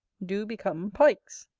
do become pikes.